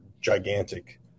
gigantic